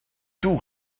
tout